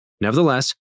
Nevertheless